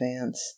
advance